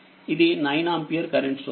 ఇది 9ఆంపియర్ current source